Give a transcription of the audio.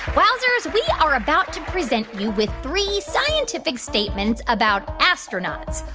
wowzers, we are about to present you with three scientific statements about astronauts.